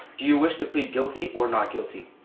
do you wish to plead guilty or not guilty?